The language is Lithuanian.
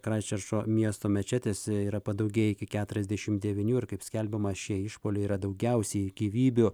kraisčerčo miesto mečetėse yra padaugėję iki keturiasdešim devynių ir kaip skelbiama šie išpuoliai yra daugiausiai gyvybių